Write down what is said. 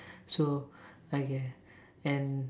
so okay and